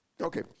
Okay